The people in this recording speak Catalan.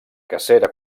cacera